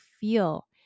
feel